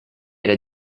era